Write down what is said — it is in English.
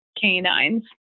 canines